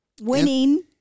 winning